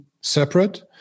separate